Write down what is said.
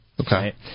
Okay